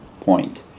point